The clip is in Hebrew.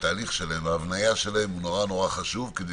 והתהליך שלהן וההבניה שלהן הוא נורא נורא חשוב כדי